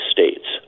States